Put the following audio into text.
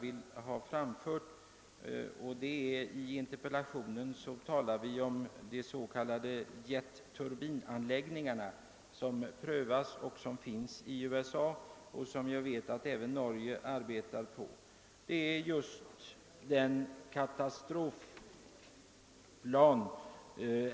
I interpellationen talas om de s.k. jetturbinanläggningarna som prövas i USA och som man även arbetar på i Norge.